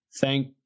Thank